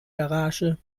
garage